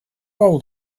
old